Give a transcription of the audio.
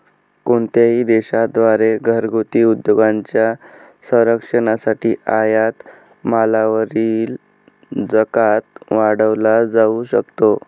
कोणत्याही देशा द्वारे घरगुती उद्योगांच्या संरक्षणासाठी आयात मालावरील जकात वाढवला जाऊ शकतो